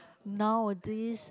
nowadays